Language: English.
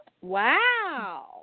Wow